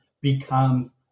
becomes